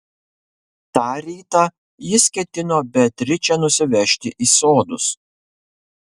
tą rytą jis ketino beatričę nusivežti į sodus